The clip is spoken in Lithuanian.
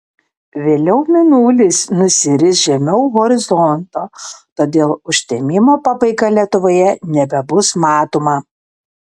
vėliau mėnulis nusiris žemiau horizonto todėl užtemimo pabaiga lietuvoje nebebus matoma